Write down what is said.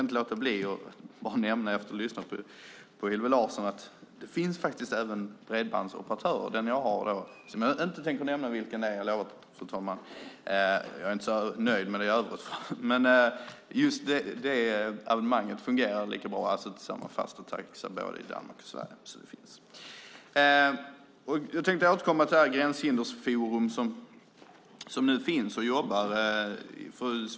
Efter att ha lyssnat på Hillevi Larsson kan jag inte låta bli att nämna att just det bredbandsabonnemang jag har - jag lovar att jag inte tänker nämna vilket jag har, fru talman, som jag inte är så nöjd med i övrigt - fungerar med samma fasta taxa i både Danmark och Sverige. Jag tänkte återkomma till Gränshindersforum som nu arbetar.